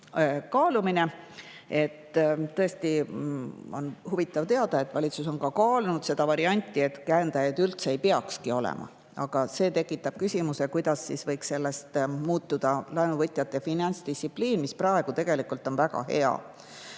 kaalumine. Tõesti on huvitav teada, et valitsus on kaalunud varianti, et käendajaid üldse ei peakski olema. Aga see tekitab küsimuse, kuidas võiks sellest muutuda laenuvõtjate finantsdistsipliin, mis praegu tegelikult on väga hea.